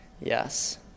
yes